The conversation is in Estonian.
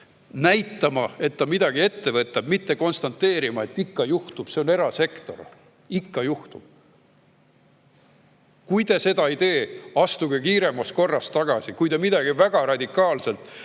näitama, et ta võtab midagi ette, mitte konstateerima, et ikka juhtub, see on erasektor, ikka juhtub. Kui te [lahendusi välja ei paku], astuge kiiremas korras tagasi! Kui te midagi väga radikaalselt